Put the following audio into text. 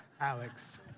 Alex